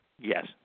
Yes